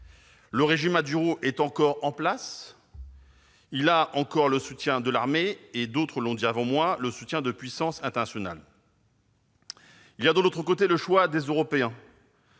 le régime Maduro reste en place. Il dispose encore du soutien de l'armée et- d'autres l'ont dit avant moi -de certaines puissances internationales. Il y a, de l'autre côté, le choix des Européens